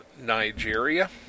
Nigeria